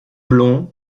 blond